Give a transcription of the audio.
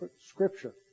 Scripture